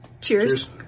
cheers